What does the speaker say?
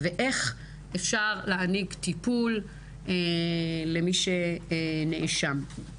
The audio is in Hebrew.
ואיך אפשר להעניק טיפול למי שנאשם.